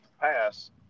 pass